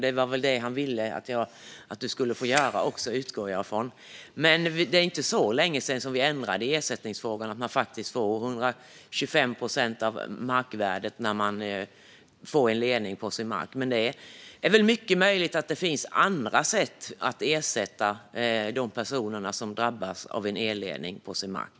Det var väl också det han ville få göra, utgår jag ifrån. Det är inte så länge sedan som vi ändrade i ersättningsfrågan så att man faktiskt får 125 procent av markvärdet när man får en ledning på sin mark, men det är mycket möjligt att det finns andra sätt att ersätta de personer som drabbas av en elledning på sin mark.